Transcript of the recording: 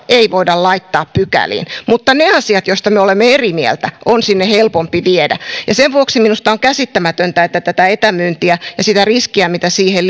ei voida laittaa pykäliin mutta ne asiat joista me olemme eri mieltä on sinne helpompi viedä sen vuoksi minusta on käsittämätöntä että tätä etämyyntiä ja sitä riskiä mitä siihen